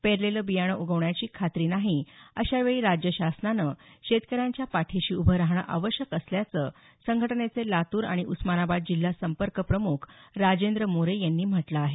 पेरलेलं बियाणं उगवण्याची खात्री नाही अशावेळी राज्य शासनानं शेतकऱ्यांच्या पाठीशी उभं राहणं आवश्यक असल्याचं संघट्नेचे लातूर आणि उस्मानाबाद जिल्हा संपर्क प्रमुख राजेंद्र मोरे यांनी म्हटलं आहे